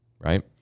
right